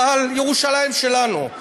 אבל ירושלים שלנו.